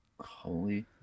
Holy